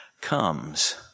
comes